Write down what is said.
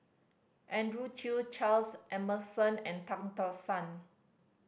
Andrew Chew Charles Emmerson and Tan Tock San